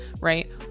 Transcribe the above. right